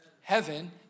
heaven